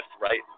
Right